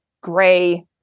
gray